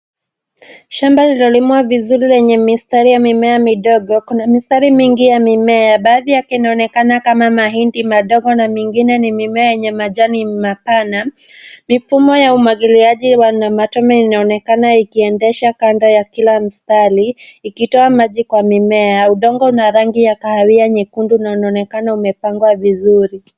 Shamba lililolimwa vizuri lenye mistari ya mimea midogo. Kuna mistari mingi ya mimea; baadhi yake inaonekana mahindi madogo na mengine ni mimea yenye majani mapana. Mifumo ya umwagiliaji wa matone inaonekana ikiendesha kando ya kila mstari ikitoa maji kwa mimea. Udongo una rangi ya kahawia nyekundu na unaonekana umepangwa vizuri.